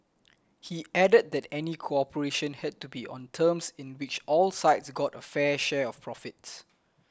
he added that any cooperation had to be on terms in which all sides got a fair share of profits